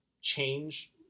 change –